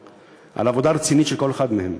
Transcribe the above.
לתנועה, על עבודה רצינית של כל אחד מהם